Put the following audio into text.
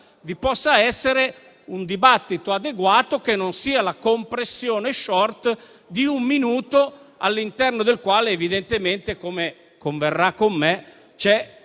vi possa essere un dibattito adeguato, che non sia la compressione *short* di un minuto all'interno del quale, evidentemente, come converrà con me, c'è